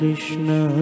Krishna